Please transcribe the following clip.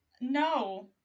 No